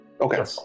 Okay